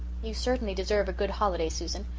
you certainly deserve a good holiday, susan.